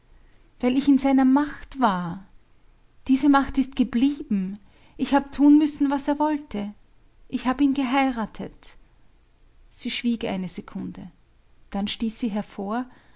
weil ich in seiner macht war diese macht ist geblieben ich hab tun müssen was er wollte ich hab ihn geheiratet sie schwieg eine sekunde dann stieß sie hervor